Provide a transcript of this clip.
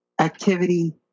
activity